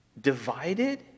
divided